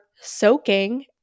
soaking